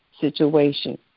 situation